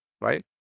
Right